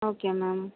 okay ma'am